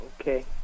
Okay